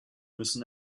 müssen